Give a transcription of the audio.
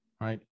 right